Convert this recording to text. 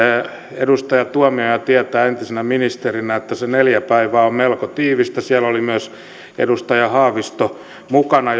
edustaja tuomioja tietää entisenä ministerinä että se neljä päivää on melko tiivistä siellä oli myös edustaja haavisto mukana